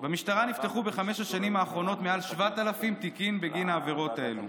במשטרה נפתחו בחמש השנים האחרונות מעל 7,000 תיקים בגין העבירות האלה.